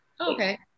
Okay